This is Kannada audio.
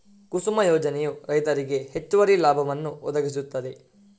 ಕುಸುಮ ಯೋಜನೆಯು ರೈತರಿಗೆ ಹೆಚ್ಚುವರಿ ಲಾಭವನ್ನು ಒದಗಿಸುತ್ತದೆ